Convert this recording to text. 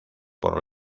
por